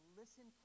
listen